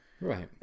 right